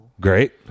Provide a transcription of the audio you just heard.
Great